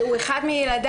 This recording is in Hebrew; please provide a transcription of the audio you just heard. הוא אחד מילדיו.